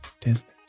Disney